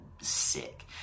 sick